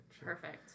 Perfect